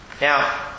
Now